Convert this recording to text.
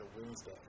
Wednesday